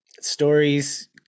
stories